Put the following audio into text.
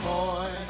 Boy